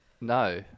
No